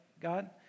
God